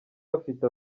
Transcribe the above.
bafite